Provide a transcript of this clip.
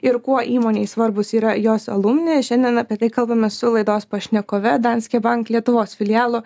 ir kuo įmonei svarbūs yra jos alumni šiandien apie tai kalbamės su laidos pašnekove danske bank lietuvos filialo